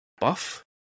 Buff